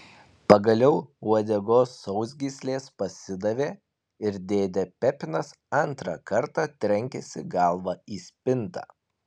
pagaliau uodegos sausgyslės pasidavė ir dėdė pepinas antrą kartą trenkėsi galva į spintą